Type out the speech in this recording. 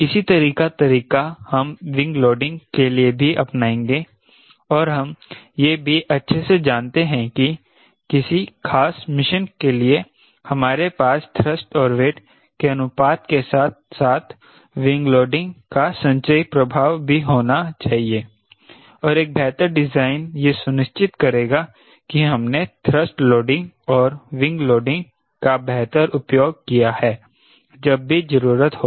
इसी तरह का तरीका हम विंग लोडिंग के लिए भी अपनाएंगे और हम यह भी अच्छे से जानते हैं कि किसी खास मिशन के लिए हमारे पास थ्रस्ट और वेट के अनुपात के साथ साथ विंग लोडिंग का संचयी प्रभाव भी होना चाहिए और एक बेहतर डिज़ाइन यह सुनिश्चित करेगा कि हमने थ्रस्ट लोडिंग और विंग लोडिंग का बेहतर उपयोग किया है जब भी जरूरत हो